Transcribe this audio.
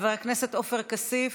חבר הכנסת עופר כסיף,